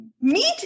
meet